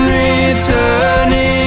returning